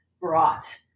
brought